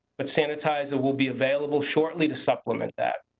but sanitizer will be available shortly to supplement that.